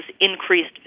increased